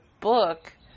book